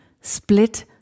split